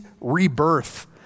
rebirth